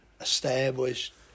established